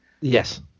Yes